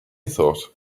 thought